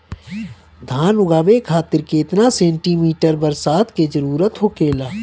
धान उगावे खातिर केतना सेंटीमीटर बरसात के जरूरत होखेला?